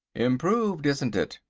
improved, isn't it,